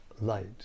light